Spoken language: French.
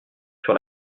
sur